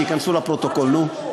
שייכנסו לפרוטוקול, נו.